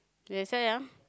ya that's why lah